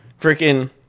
freaking